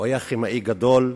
הוא היה כימאי גדול,